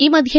ಈ ಮಧ್ಯೆ